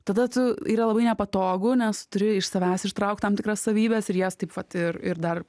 tada tu yra labai nepatogu nes turi iš savęs ištraukt tam tikras savybes ir jas taip vat ir ir dar